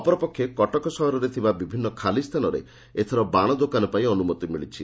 ଅପରପକ୍ଷେ କଟକ ସହରରେ ଥିବା ବିଭିନ୍ନ ଖାଲି ସ୍ତାନରେ ଏଥର ବାଣ ଦୋକାନ ପାଇଁ ଅନୁମତି ମିଳିଛି